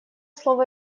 слово